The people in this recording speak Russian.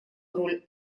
роль